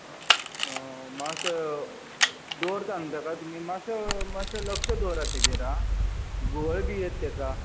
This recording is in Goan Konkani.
मातशें दवरता न्हय ताका तुमी मातशें लक्ष्य दवरात ताजेर आं घुवळ बी येत ताका